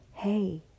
Hey